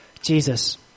Jesus